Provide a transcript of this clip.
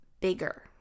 bigger